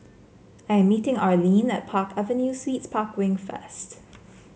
I'm meeting Arlin at Park Avenue Suites Park Wing first